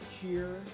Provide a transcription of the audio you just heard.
cheer